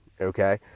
Okay